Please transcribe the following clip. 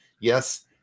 Yes